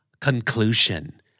Conclusion